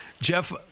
Jeff –